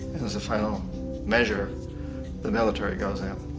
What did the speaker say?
and as final mesure the military goes in.